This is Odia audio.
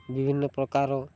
ବିଭିନ୍ନପ୍ରକାର